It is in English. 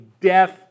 death